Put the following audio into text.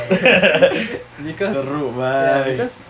the group mah